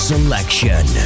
Selection